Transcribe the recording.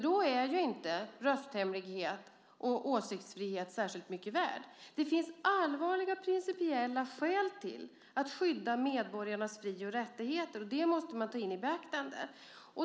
Då är ju inte rösthemlighet och åsiktsfrihet särskilt mycket värt. Det finns allvarliga principiella skäl till att skydda medborgarnas fri och rättigheter. Det måste man ta i beaktande.